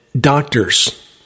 doctors